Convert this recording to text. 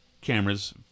cameras